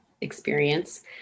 experience